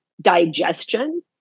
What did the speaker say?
digestion